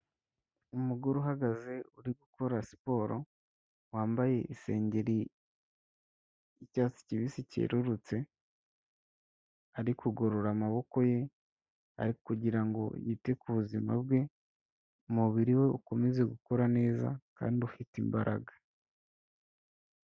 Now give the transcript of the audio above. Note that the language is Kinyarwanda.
Umugore uhagaze uri gukora siporo, wambaye isengeri y'cyatsi kibisi cyerurutse, ari kugorora amaboko ye, ari kugirango ngo yite ku buzima bwe,n' umubiri we ukomeze gukora neza kandi ufite imbaraga.